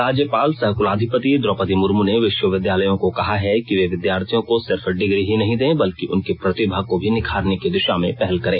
राज्यपाल सह क़लाधिपति द्रौपदी मुर्म ने विश्वविद्यालयों को कहा है कि वे विद्यार्थियों को सिर्फ डिग्री ही नहीं दें बल्कि उनकी प्रतिभा को भी निखारने की दिशा में पहल करें